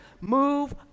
move